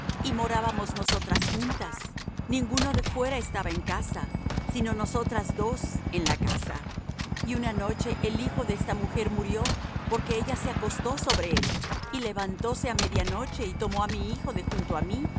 y morábamos nosotras juntas ninguno de fuera estaba en casa sino nosotras dos en la casa y una noche el hijo de esta mujer murió porque ella se acostó sobre él y levantóse á media noche y tomó á mi hijo de junto á mí